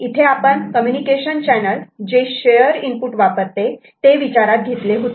इथे आपण communication channel जे शेअर इनपुट वापरते ते विचारात घेतले होते